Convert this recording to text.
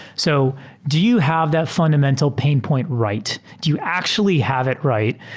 so do you have that fundamental pain point right? do you actually have it right?